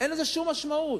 אין לזה שום משמעות.